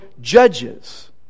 judges